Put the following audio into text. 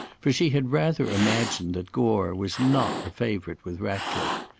for she had rather imagined that gore was not a favourite with ratcliffe.